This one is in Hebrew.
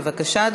בבקשה,